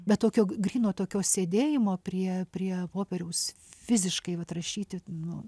bet tokio gryno tokio sėdėjimo prie prie popieriaus fiziškai vat rašyti nu